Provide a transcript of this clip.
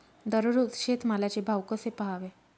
दररोज शेतमालाचे भाव कसे पहावे?